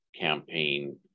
campaign